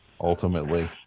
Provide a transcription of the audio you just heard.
ultimately